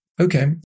Okay